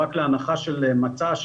רק להנחה של מצע,